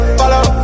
follow